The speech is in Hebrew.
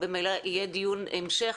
וממילא יהיה דיון המשך,